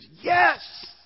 yes